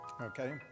Okay